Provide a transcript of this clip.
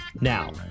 Now